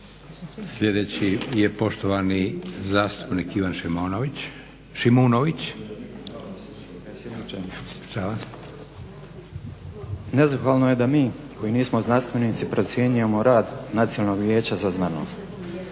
Sljedeći je poštovani zastupnik Ivan Šimunović. **Šimunović, Ivan (HSP AS)** Nezahvalno da mi koji nismo znanstvenici procjenjujemo rad Nacionalnog vijeća za znanost.